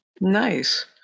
Nice